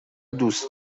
دوست